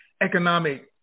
economic